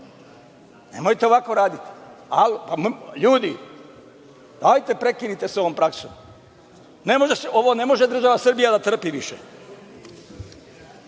Nemojte ovako raditi. Ljudi, dajte prekinite sa ovom praksom. Ovo ne može država Srbija da trpi više. Imate